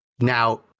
Now